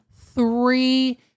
three